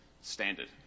standard